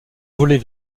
voler